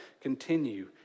continue